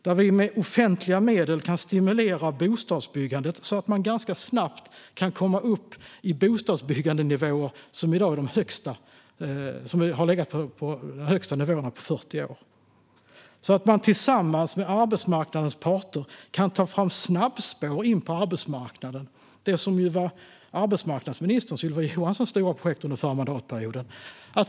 Vi kan med offentliga medel stimulera bostadsbyggandet, så att man ganska snabbt kan komma upp i bostadsbyggandenivåer som är de högsta på 40 år. Vi kan tillsammans med arbetsmarknadens parter ta fram snabbspår in på arbetsmarknaden. Detta var arbetsmarknadsminister Ylva Johanssons stora projekt under den förra mandatperioden.